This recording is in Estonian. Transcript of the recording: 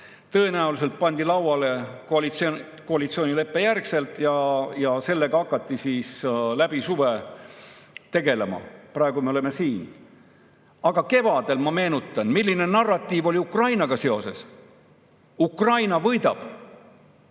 tõenäoliselt pandi lauale koalitsioonileppe järgselt ja sellega hakati läbi suve tegelema. Praegu me oleme siin. Aga kevadel, ma meenutan, milline narratiiv oli Ukrainaga seoses: Ukraina võidab!